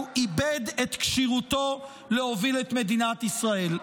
איבד את כשירותו להוביל את מדינת ישראל.